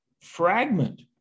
fragment